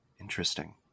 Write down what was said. interesting